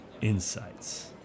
insights